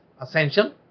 essential